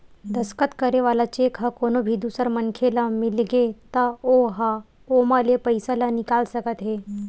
दस्कत करे वाला चेक ह कोनो भी दूसर मनखे ल मिलगे त ओ ह ओमा ले पइसा ल निकाल सकत हे